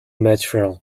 material